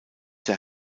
der